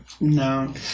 No